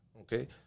okay